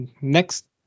Next